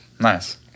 nice